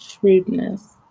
shrewdness